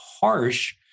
harsh